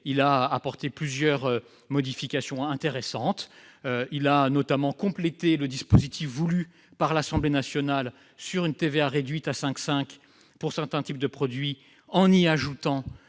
a apporté plusieurs modifications intéressantes : il a notamment complété le dispositif voulu par l'Assemblée nationale d'une TVA réduite à 5,5 % pour certains types de produits en y ajoutant